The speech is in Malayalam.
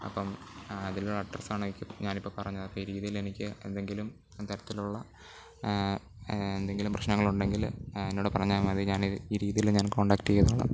അപ്പം അതിലുള്ള അഡ്രസ്സ് ആണ് എനിക്ക് ഞാൻ ഇപ്പോൾ പറഞ്ഞത് അപ്പം ഈ രീതിയിൽ എനിക്ക് എന്തെങ്കിലും തരത്തിലുള്ള എന്തെങ്കിലും പ്രശ്നങ്ങളുണ്ടെങ്കിൽ എന്നോട് പറഞ്ഞാൽ മതി ഞാൻ ഇത് ഈ രീതിയിൽ ഞാൻ കോൺടാക്റ്റ് ചെയ്തോളാം